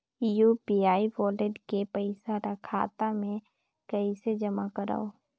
UPI wallet के पईसा ल खाता मे कइसे जमा करव?